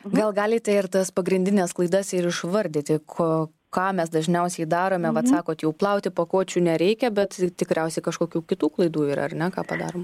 gal galite ir tas pagrindines klaidas ir išvardyti ko ką mes dažniausiai darome vat sakot jau plauti pakuočių nereikia bet tikriausiai kažkokių kitų klaidų ir ar ne ką padarom